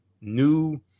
new